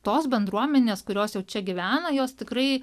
tos bendruomenės kurios jau čia gyvena jos tikrai